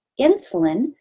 insulin